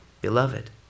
beloved